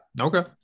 Okay